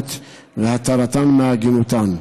העגונות והתרתן מעגינותן.